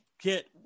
get